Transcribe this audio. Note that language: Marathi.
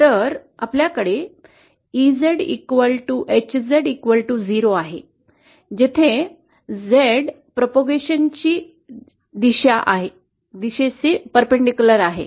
तर आपल्याकडे EZ HZ0 आहे जेथे Z प्रसाराच्या दिशेचे परस्पर आहे